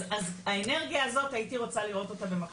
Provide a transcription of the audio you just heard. אז האנרגיה הזאת הייתי רוצה לראות אותה במקום אחר.